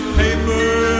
paper